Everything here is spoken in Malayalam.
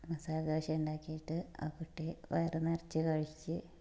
മസാലദോശ ഉണ്ടാക്കിയിട്ട് ആ കുട്ടിയെ വയറ് നിറച്ചു കഴിച്ചു